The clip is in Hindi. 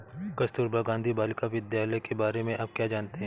कस्तूरबा गांधी बालिका विद्यालय के बारे में आप क्या जानते हैं?